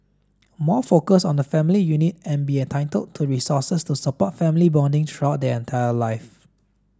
more focus on the family unit and be entitled to resources to support family bonding throughout their entire life